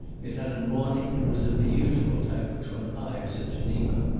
it had an awning and was of the usual type which one hires at geneva.